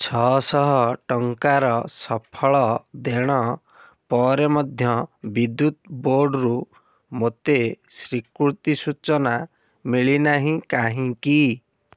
ଛଅଶହ ଟଙ୍କାର ସଫଳ ଦେଣ ପରେ ମଧ୍ୟ ବିଦ୍ୟୁତ ବୋର୍ଡ଼ରୁ ମୋତେ ସ୍ଵୀକୃତି ସୂଚନା ମିଳିନାହିଁ କାହିଁକି